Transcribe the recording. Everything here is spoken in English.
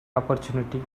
opportunity